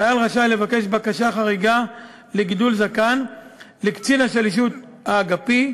חייל רשאי להגיש בקשה להיתר חריג לגידול זקן לקצין השלישות האגפי,